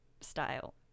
style